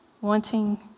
wanting